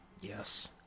Yes